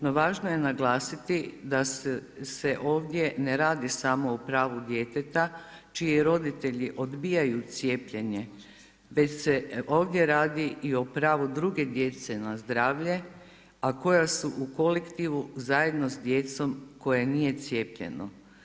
No, važno je naglasiti da se ovdje ne radi samo o pravu djeteta čiji roditelji odbijaju cijepljenje, već se ovdje radi i o pravu druge djece na zdravlje a koja su u kolektivu zajedno sa djecom koje nije cijepljeno.